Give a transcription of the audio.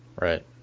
Right